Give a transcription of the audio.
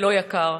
ולא יקר.